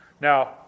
Now